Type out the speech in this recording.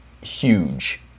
Huge